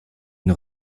une